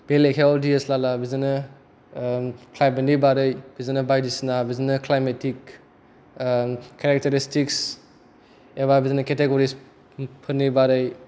बे लेखाआव दि एस लालआ बिदिनो क्लाइमेटनि बारै बिदिनो बायदिबिसिना बिदिनो क्लाइमेथिख खेरेखथारिसथिखस एबा बिदिनो खेथेग'रिस फोरनि बारै